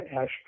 ash